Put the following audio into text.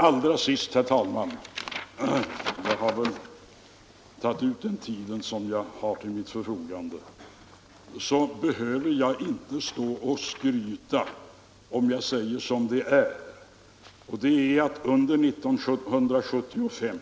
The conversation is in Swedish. Allra sist, herr talman — jag har väl tagit ut den tid som jag har till mitt förfogande — behöver jag inte stå här och skryta, om jag säger som det är, och det är att under 1975